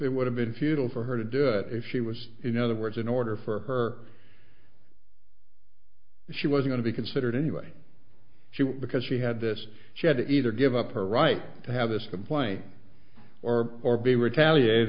would have been futile for her to do it if she was in other words in order for her she was going to be considered anyway she would because she had this she had to either give up her right to have this complaint or or be retaliated